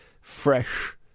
fresh